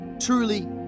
truly